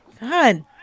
God